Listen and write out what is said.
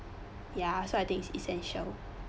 ya so I think is essential